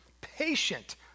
patient